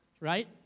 Right